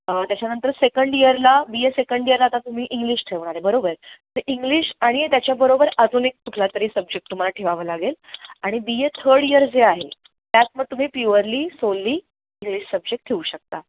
त्याच्यानंतर सेकंड इयरला B A second इयरला आता तुम्ही इंग्लिश ठेवणार आहे बरोबर ते इंग्लिश आणि त्याच्याबरोबर अजून एक कुठलातरी सब्जेक्ट तुम्हाला ठेवावा लागेल आणि बी ए थड इयर जे आहे त्यात मग तुम्ही प्युअरली सोलली इंग्लिश सब्जेक्ट ठेऊ शकता